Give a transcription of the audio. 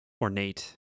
ornate